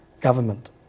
government